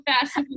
fast